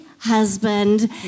husband